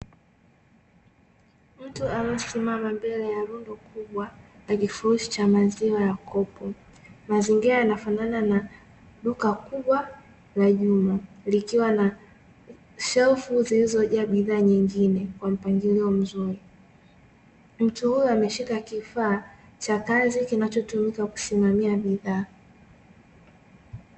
Mtu aliyesimama mbele ya rundo kubwa na kifurushi cha maziwa ya kopo mazingara yanafanana na duka kubwa la jumla likiwa na shelfu zilizojaa bidhaa nyingine kwa mpangilio mzuri mtu huyu ameshika kifaa cha kazi kinachotumika kusimamia bidhaa.